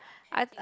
I